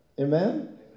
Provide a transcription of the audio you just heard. Amen